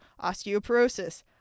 osteoporosis